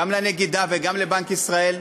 גם לנגידה וגם לבנק ישראל,